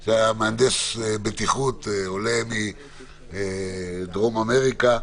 הוא היה מהנדס בטיחות, עולה מדרום אמריקה.